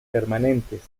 permanentes